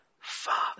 Father